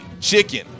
chicken